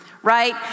Right